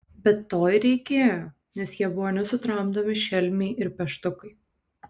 bet to ir reikėjo nes jie buvo nesutramdomi šelmiai ir peštukai